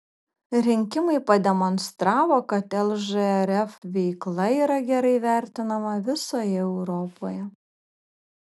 rinkimai pademonstravo kad lžrf veikla yra gerai vertinama visoje europoje